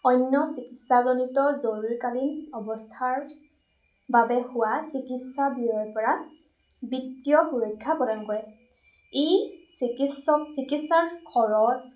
অন্য চিকিৎসাজিত জৰুৰকালীন অৱস্থাৰ বাবে হোৱা চিকিৎসা ব্যয়ৰপৰা বিত্তীয় সুৰক্ষা প্ৰদান কৰে ই চিকিৎসক চিকিৎসাৰ খৰচ